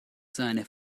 seine